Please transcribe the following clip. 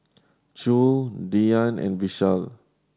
Choor Dhyan and Vishal